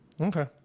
Okay